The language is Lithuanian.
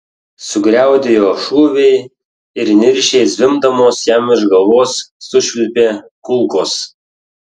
sugriaudėjo šūviai ir niršiai zvimbdamos jam virš galvos sušvilpė kulkos